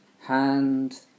hand